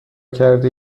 کرده